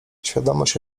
świadomość